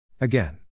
Again